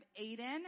Aiden